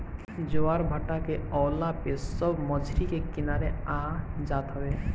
ज्वारभाटा के अवला पे सब मछरी के किनारे आ जात हवे